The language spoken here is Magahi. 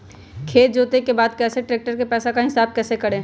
खेत जोते के बाद कैसे ट्रैक्टर के पैसा का हिसाब कैसे करें?